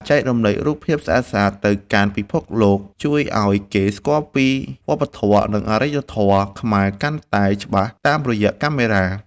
ចែករំលែករូបភាពស្អាតៗទៅកាន់ពិភពលោកជួយឱ្យគេស្គាល់ពីវប្បធម៌ និង អរិយធម៌ខ្មែរកាន់តែច្បាស់តាមរយៈកាមេរ៉ា។